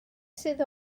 sydd